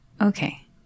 Okay